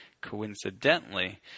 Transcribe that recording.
coincidentally